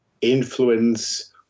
influence